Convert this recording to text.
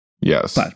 yes